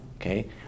Okay